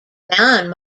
non